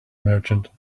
merchant